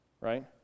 Right